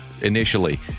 initially